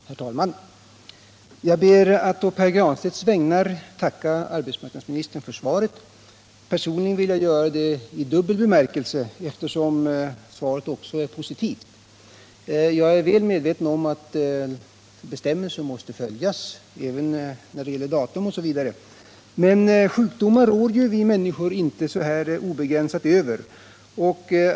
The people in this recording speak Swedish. Herr talman! Jag ber att å Pär Granstedts vägnar få tacka arbetsmarknadsministern för svaret. Personligen vill jag göra det i dubbel bemärkelse, eftersom svaret också är positivt. Jag är väl medveten om att bestämmelser måste följas även när det gäller datum m.m., men sjukdomar råder ju vi människor inte obegränsat över.